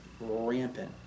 rampant